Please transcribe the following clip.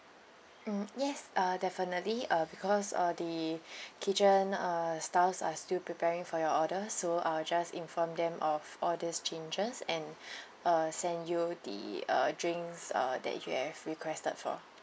mm yes uh definitely uh because uh the kitchen uh staffs are still preparing for your order so I'll just inform them of all these changes and uh send you the uh drinks uh that you have requested for